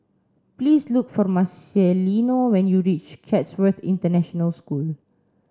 please look for Marcelino when you reach Chatsworth International School